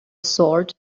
sword